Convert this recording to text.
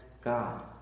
God